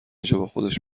جاباخودش